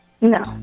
No